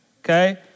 Okay